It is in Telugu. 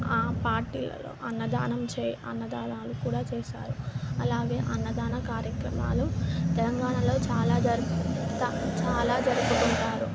ఆ పార్టీలలో అన్నదానంచే అన్నదానాలు కూడా చేసారు అలాగే అన్నదాన కార్యక్రమాలు తెలంగాణలో చాలా జరుపుకుంటా చాలా జరుపుకుంటారు